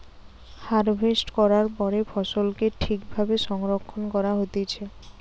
harvest করার পরে ফসলকে ঠিক ভাবে সংরক্ষণ করা হতিছে